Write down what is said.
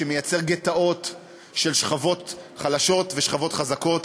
שמייצר גטאות של שכבות חלשות ושכבות חזקות,